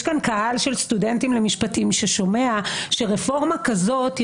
יש כאן קהל של סטודנטים למשפטים ששומע שרפורמה כזאת היא